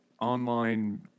online